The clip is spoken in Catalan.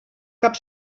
cap